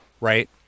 Right